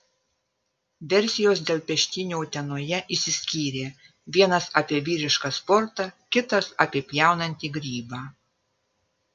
versijos dėl peštynių utenoje išsiskyrė vienas apie vyrišką sportą kitas apie pjaunantį grybą